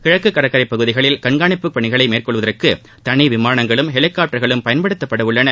கிழக்கு கடற்கரை பகுதிகளில் கண்காணிப்புப்பணிகளை மேற்கொள்வதற்கு தனி விமானங்களும் ஹெலிகாப்டர்களும் பயன்படுத்தப்படவுள்ளன